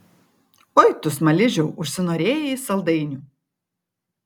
oi tu smaližiau užsinorėjai saldainių